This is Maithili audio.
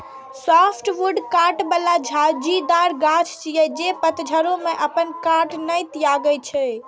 सॉफ्टवुड कांट बला झाड़ीदार गाछ छियै, जे पतझड़ो मे अपन कांट नै त्यागै छै